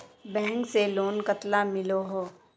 Bank से loan कतला मिलोहो?